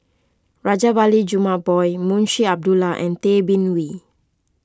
Rajabali Jumabhoy Munshi Abdullah and Tay Bin Wee